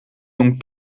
donc